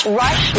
rush